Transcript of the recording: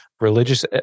religious